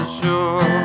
sure